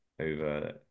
over